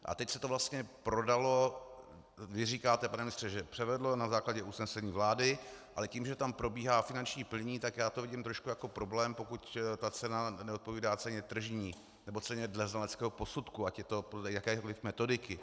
A teď se to vlastně prodalo, vy říkáte, pane ministře, že převedlo, na základě usnesení vlády, ale tím, že tam probíhá finanční plnění, tak já to vidím trošku jako problém, pokud ta cena neodpovídá ceně tržní nebo ceně dle znaleckého posudku, ať je to podle jakékoli metodiky.